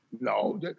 No